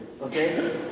Okay